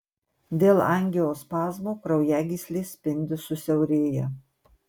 dėl angiospazmo kraujagyslės spindis susiaurėja